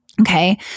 Okay